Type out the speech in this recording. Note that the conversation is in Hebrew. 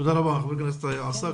תודה רבה חבר הכנסת עסאקלה.